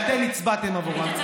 אני מבקש מכן, שאתם הצבעתם עבורם.